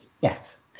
yes